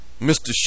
Mr